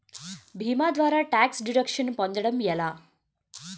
భీమా ద్వారా tax deduction పొందటం ఎలా?